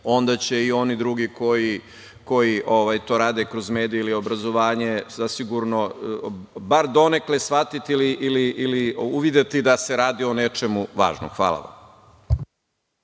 onda će i oni drugi koji to rade kroz medije ili obrazovanje zasigurno bar donekle shvatiti ili uvedite da se radi o nečemu važnom. Hvala.